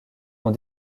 ont